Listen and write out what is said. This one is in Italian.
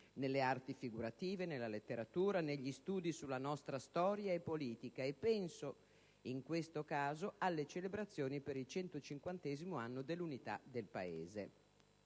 Nelle arti figurative, nella letteratura, negli studi sulla nostra storia e politica (e penso in questo caso alle celebrazioni per il 150º anno dell'unità del Paese),